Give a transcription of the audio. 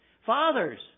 Fathers